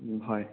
হয়